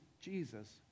Jesus